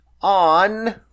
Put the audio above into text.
on